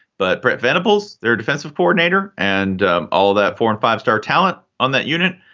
but brett venables, their defensive coordinator and all that foreign five star talent on that unit,